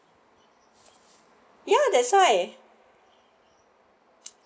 ya that's why